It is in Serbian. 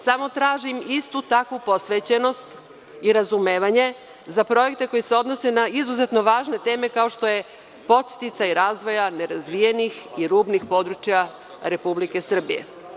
Samo tražim istu takvu posvećenost i razumevanje za projekte koji se odnose na izuzetno važne teme, kao što je podsticaj razvoja nerazvijenih i rubnih područja RS.